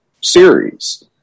series